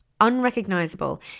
unrecognizable